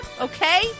okay